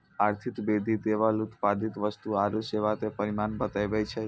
आर्थिक वृद्धि केवल उत्पादित वस्तु आरू सेवा के परिमाण बतबै छै